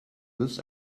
this